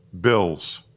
bills